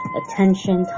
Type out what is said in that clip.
attention